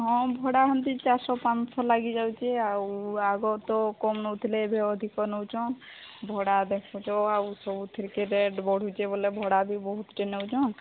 ହଁ ଭଡ଼ା ହେନ୍ତି ଚାରିଶ ପାଁଶହ ଲାଗିଯାଉଚି ଆଉ ଆଗ ତ କମ୍ ନଉଥିଲେ ଏବେ ଅଧିକ ନଉଚନ୍ ଭଡ଼ା ଦେଖୁଚ ଆଉ ସବୁଥିକ ରେଟ୍ ବଢ଼ୁଚି ବୋଲେ ଭଡ଼ା ବି ବହୁତ ଟେ ନେଉଚନ୍